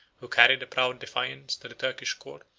who carried a proud defiance to the turkish court,